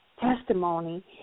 testimony